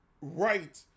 right